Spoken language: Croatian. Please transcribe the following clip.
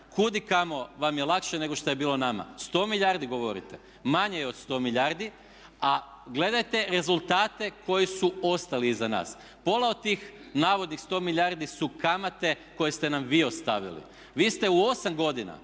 kud i kamo vam je lakše nego što je bilo nama. 100 milijardi govorite? Manje je od 100 milijardi, a gledajte rezultate koji su ostali iza nas. Pola od tih navodnih 100 milijardi su kamate koje ste nam vi ostavili. Vi ste u 8 godina